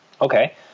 Okay